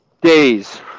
days